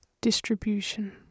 Distribution